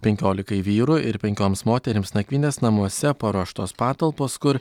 penkiolikai vyrų ir penkioms moterims nakvynės namuose paruoštos patalpos kur